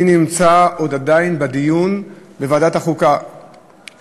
אני עדיין נמצא בדיון בוועדת החוקה שבו